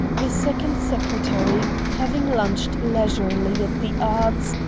the second secretary, having lunched leisurely at the artz,